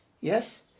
Yes